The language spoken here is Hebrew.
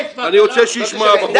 אז אתה רוצה להרוס לנו את הבית?